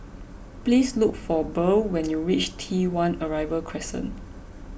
please look for Burl when you reach T one Arrival Crescent